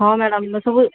ହଁ ମ୍ୟାଡ଼ାମ ଏସବୁ